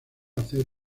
hacer